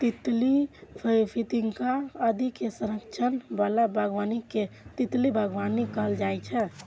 तितली, फतिंगा आदि के संरक्षण बला बागबानी कें तितली बागबानी कहल जाइ छै